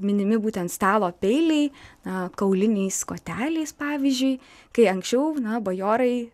minimi būtent stalo peiliai na kauliniais koteliais pavyzdžiui kai anksčiau na bajorai